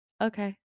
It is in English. okay